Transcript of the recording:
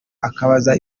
akabaza